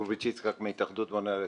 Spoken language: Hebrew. גורביץ יצחק מהאחדות בוני הארץ.